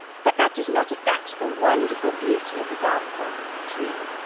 but that does not affect the wonderful beauty of his answer true.